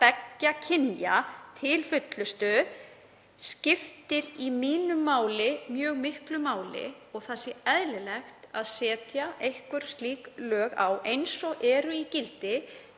beggja kynja til fullnustu skiptir að mínu mati mjög miklu máli og það sé eðlilegt að setja einhver slík lög eins og eru í gildi